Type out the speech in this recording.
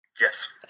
yes